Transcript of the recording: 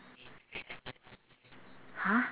!huh!